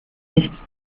nicht